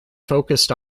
focused